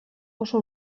oso